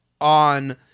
on